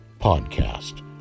podcast